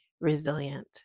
resilient